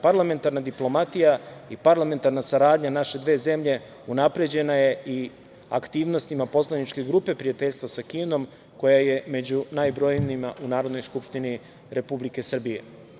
Parlamentarna diplomatija i parlamentarna saradnja naše dve zemlje unapređena je i aktivnostima Poslaničke grupe prijateljstva sa Kinom, koja je među najbrojnijima u Narodnoj skupštini Republike Srbije.